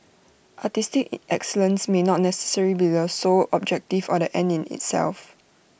artistic excellence may not necessarily be the sole objective or the end in itself